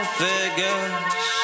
figures